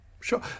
sure